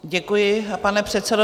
Děkuji, pane předsedo.